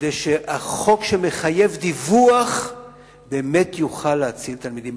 כדי שהחוק שמחייב דיווח באמת יוכל להציל תלמידים.